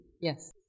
Yes